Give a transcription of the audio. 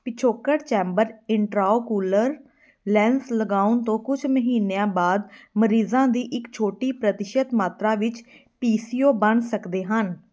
ਪਿਛੋਕੜ chamber intraocular lens ਲਗਾਉਣ ਤੋਂ ਕੁਛ ਮਹੀਨਿਆਂ ਬਾਅਦ ਮਰੀਜ਼ਾਂ ਦੀ ਇੱਕ ਛੋਟੀ ਪ੍ਰਤੀਸ਼ਤ ਮਾਤਰਾ ਵਿੱਚ ਪੀ ਸੀ ਓ ਬਣ ਸਕਦੇ ਹਨ